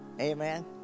Amen